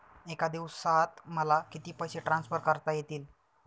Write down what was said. एका दिवसात मला किती पैसे ट्रान्सफर करता येतील?